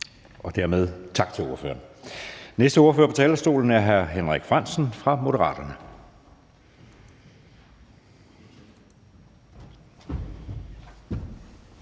Dermed tak til ordføreren. Den næste ordfører på talerstolen er hr. Henrik Frandsen fra Moderaterne.